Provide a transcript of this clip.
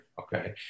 Okay